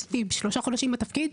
עשיתי שלושה חודשים בתפקיד.